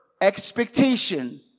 expectation